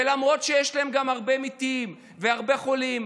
ולמרות שיש להם גם הרבה מתים והרבה חולים,